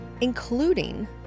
including